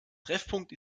treffpunkt